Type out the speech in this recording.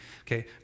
Okay